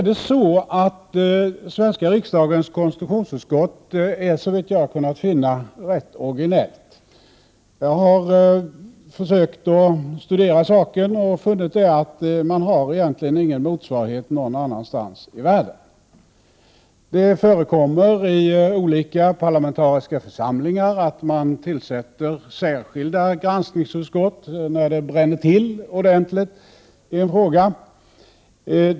Den svenska riksdagens konstitutionsutskott är, såvitt jag har kunnat finna, rätt originellt. Jag har försökt studera saken och funnit att man egentligen inte någon annanstans i världen har någon motsvarighet. Det förekommer i olika parlamentariska församlingar att man tillsätter särskilda granskningsutskott när det bränner till ordentligt i en fråga.